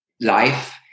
life